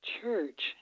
church